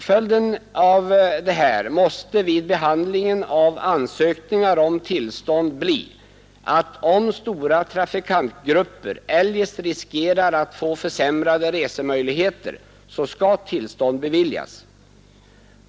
Följden av detta måste vid behandlingen av ansökningar om tillstånd bli att om stora trafikantgrupper riskerar att få försämrade resemöjligheter skall tillstånd beviljas.